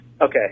okay